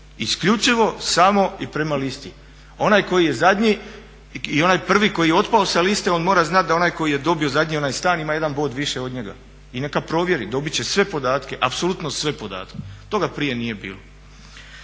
Isključivo samo i prema listi. Onaj koji je zadnji i onaj prvi koji je otpao sa liste on mora znati da onaj koji je dobio zadnji onaj stan ima jedan bod više od njega. I neka provjeri, dobit će sve podatke, apsolutno sve podatke. Toga prije nije bilo.